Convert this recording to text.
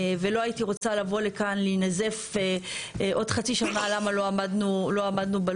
ולא הייתי רוצה לבוא לכאן להינזף עוד חצי שנה למה לא עמדנו בלו"ז.